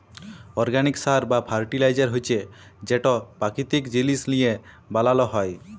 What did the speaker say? organic সার বা fertiliser হছে যেট পাকিতিক জিলিস লিঁয়ে বালাল হ্যয়